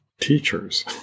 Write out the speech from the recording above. teachers